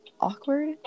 awkward